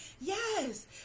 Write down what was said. Yes